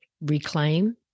reclaim